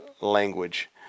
language